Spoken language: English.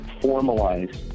formalize